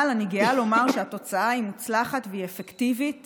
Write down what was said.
אבל אני גאה לומר שהתוצאה היא מוצלחת והיא אפקטיבית